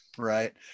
right